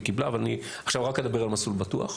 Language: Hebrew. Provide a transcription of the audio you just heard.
קיבלה אבל אני עכשיו רק אדבר על "מסלול בטוח".